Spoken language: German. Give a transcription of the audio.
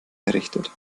errichtet